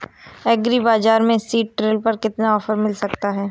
Agree बाजार से seed drill पर कितना ऑफर मिल सकता है?